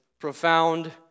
profound